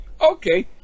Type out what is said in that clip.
Okay